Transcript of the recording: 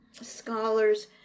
scholars